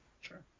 Sure